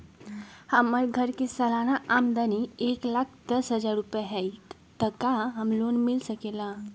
हमर घर के सालाना आमदनी एक लाख दस हजार रुपैया हाई त का हमरा लोन मिल सकलई ह?